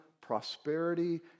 prosperity